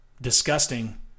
disgusting